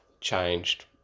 changed